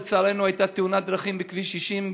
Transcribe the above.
לצערנו הייתה תאונת דרכים בכביש 60,